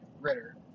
Ritter